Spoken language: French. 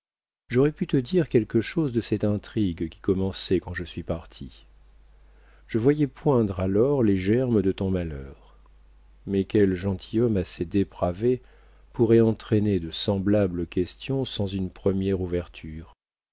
j'aurais pu te dire quelque chose de cette intrigue qui commençait quand je suis parti je voyais poindre alors les germes de ton malheur mais quel gentilhomme assez dépravé pourrait entamer de semblables questions sans une première ouverture